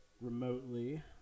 remotely